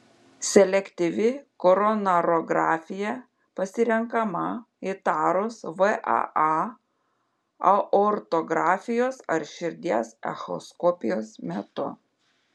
selektyvi koronarografija pasirenkama įtarus vaa aortografijos ar širdies echoskopijos metu